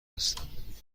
هستم